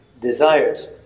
desires